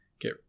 get